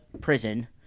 prison